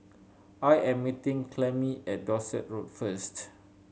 I am meeting Clemmie at Dorset Road first